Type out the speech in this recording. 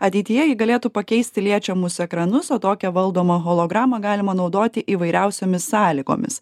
ateityje ji galėtų pakeisti liečiamus ekranus o tokią valdomą hologramą galima naudoti įvairiausiomis sąlygomis